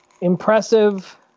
impressive